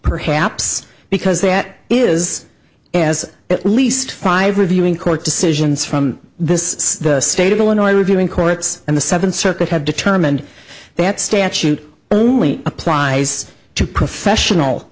perhaps because that is as at least five reviewing court decisions from this the state of illinois reviewing courts and the seventh circuit have determined that statute only applies to professional